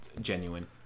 genuine